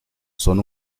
son